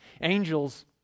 Angels